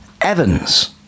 Evans